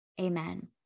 Amen